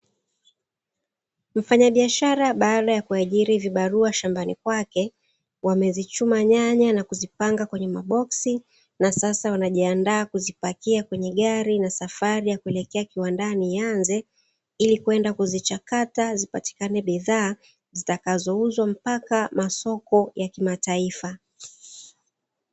Mfanyabiashara baada ya kuajiri vibarua shambani kwake, wamezichuma nyanya na kuzipangwa kwenye maboksi na sasa wanajiandaa kuzipakia kwenye gari na safari ya kuelekea kiwandani ianze ili kwenda kuzichakata zipatikane bidhaa, zitakazouzwa mpaka masoko ya kimataifa.